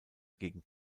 gegen